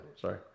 sorry